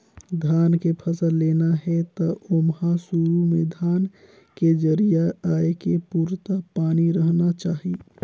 धान के फसल लेना हे त ओमहा सुरू में धान के जरिया आए के पुरता पानी रहना चाही